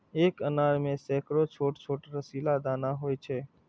एक अनार मे सैकड़ो छोट छोट रसीला दाना होइ छै